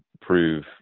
prove